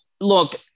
look